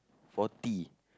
forty